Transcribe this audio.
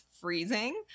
freezing